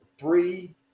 three